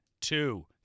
two